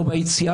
ביציאה